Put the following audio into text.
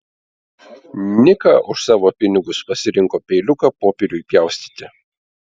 nika už savo pinigus pasirinko peiliuką popieriui pjaustyti